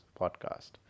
podcast